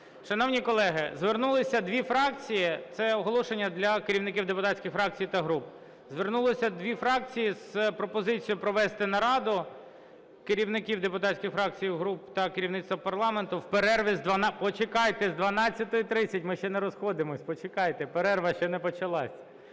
та груп, звернулися дві фракції з пропозицією провести нараду керівників депутатських фракцій і груп та керівництва парламенту в перерві з 12-ї…